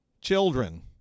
Children